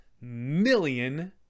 million